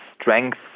strength